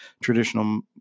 traditional